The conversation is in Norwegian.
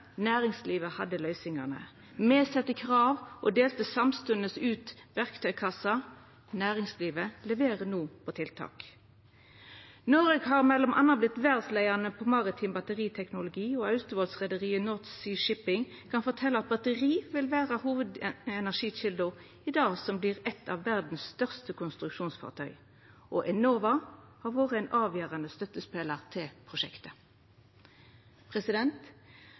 næringslivet hadde løysingane. Me sette krav og delte samstundes ut verktøykassa, næringslivet leverer no på tiltak. Noreg har m.a. vorte verdsleiande innan maritim batteriteknologi. Austevoll-reiarlaget North Sea Shipping kan fortelja at batteri vil verta hovudenergikjelda i det som vert eit av verdas største konstruksjonsfartøy. Enova har vore ein avgjerande støttespelar til prosjektet.